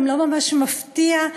גם לא ממש מפתיע,